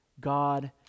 God